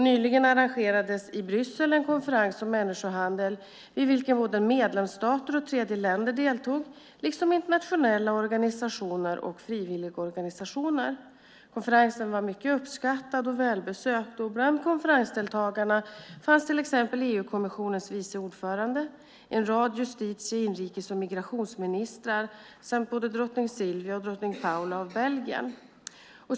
Nyligen arrangerades i Bryssel en konferens om människohandel vid vilken både medlemsstater och tredjeländer deltog liksom internationella organisationer och frivilligorganisationer. Konferensen var mycket uppskattad och välbesökt. Bland konferensdeltagarna fanns till exempel EU-kommissionens vice ordförande, en rad justitie-, inrikes och migrationsministrar och både drottning Silvia och drottning Paola av Belgien.